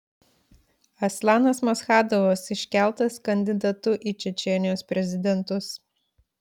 aslanas maschadovas iškeltas kandidatu į čečėnijos prezidentus